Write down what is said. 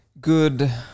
Good